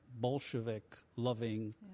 Bolshevik-loving